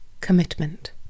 Commitment